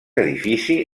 edifici